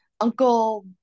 uncle